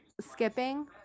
skipping